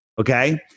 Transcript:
Okay